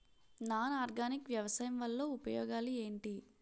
Non organic వ్యవసాయం వల్ల ఉపయోగాలు ఏంటీ?